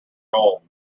goal